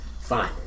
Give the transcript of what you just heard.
Fine